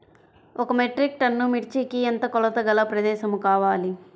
ఒక metric ton మిర్చికి ఎంత కొలతగల ప్రదేశము కావాలీ?